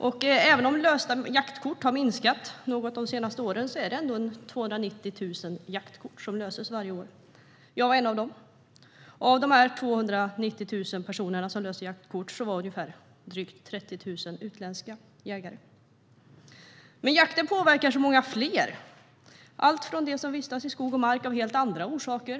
Även om antalet lösta jaktkort har minskat något de senaste åren är det ändå 290 000 jaktkort som löses varje år, och jag är en av dem som gör det. Av de 290 000 personer som löser jaktkort var drygt 30 000 utländska jägare. Men jakten påverkar så många fler. Det gäller människor som vistas i skog och mark av helt andra orsaker.